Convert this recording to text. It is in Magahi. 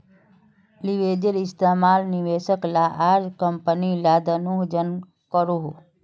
लिवरेज इस्तेमाल निवेशक ला आर कम्पनी ला दनोह जन करोहो